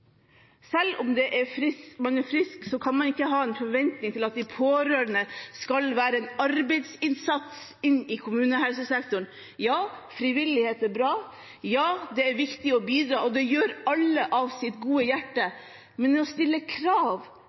Selv om den pårørende er frisk, kan man ikke ha en forventning om at den pårørende skal gjøre en arbeidsinnsats i kommunehelsesektoren. Ja, frivillighet er bra. Ja, det er viktig å bidra, og det gjør alle av sitt gode hjerte, men å stille krav